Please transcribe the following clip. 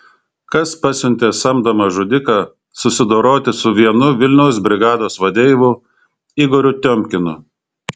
kas pasiuntė samdomą žudiką susidoroti su vienu vilniaus brigados vadeivų igoriu tiomkinu